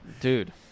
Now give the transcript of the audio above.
dude